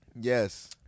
Yes